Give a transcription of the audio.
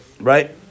right